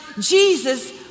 Jesus